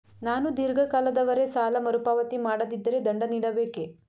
ನಾನು ಧೀರ್ಘ ಕಾಲದವರೆ ಸಾಲ ಮರುಪಾವತಿ ಮಾಡದಿದ್ದರೆ ದಂಡ ನೀಡಬೇಕೇ?